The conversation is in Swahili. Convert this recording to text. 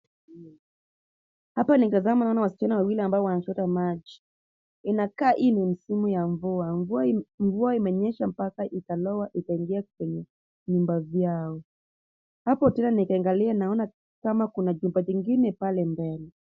Hapa nikitazama naona wasichana wawili ambao wanachota maji, inakaa hii ni msimu ya mvua, mvua imenyesha mpaka ikaloa ikaingia kwenye vyumba vyao ,hapo tena nikiangalia naona kama kuna chumba kingine pale mbele.